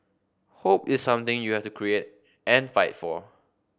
hope is something you have to create and fight for